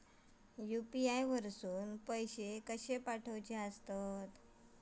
UPI वरसून पैसे कसे पाठवचे?